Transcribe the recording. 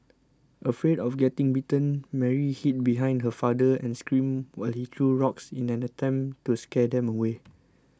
afraid of getting bitten Mary hid behind her father and screamed while he threw rocks in an attempt to scare them away